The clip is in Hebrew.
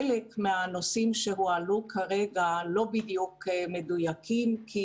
חלק מן הנושאים שהועלו כרגע לא לגמרי מדויקים כי